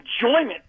enjoyment